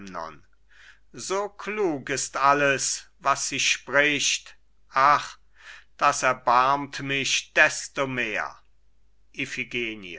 so klug ist alles was sie spricht ach das erbarmt mich desto mehr